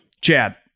Chad